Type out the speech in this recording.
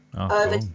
Over